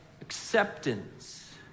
acceptance